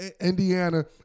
Indiana